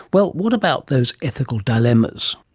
well, what about those ethical dilemmas?